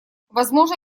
возможно